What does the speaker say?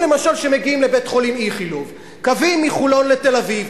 למשל קווים שמגיעים לבית-החולים "איכילוב"; קווים מחולון לתל-אביב,